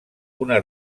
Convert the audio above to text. una